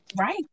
right